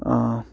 অঁ